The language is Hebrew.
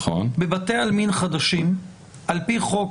בבתי עלמין חדשים על-פי חוק